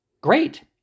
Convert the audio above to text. Great